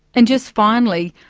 and just finally,